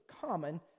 common